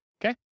Okay